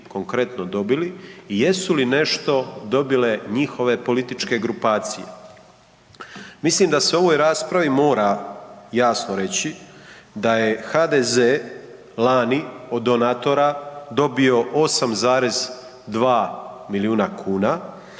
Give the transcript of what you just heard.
konkretno dobili i jesu li nešto dobile njihove političke grupacije? Mislim da se u ovoj raspravi moram jasno reći da je HDZ lani od donatora dobio 8,2 milijuna kuna,